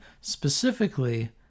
specifically